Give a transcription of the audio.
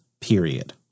period